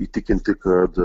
įtikinti kad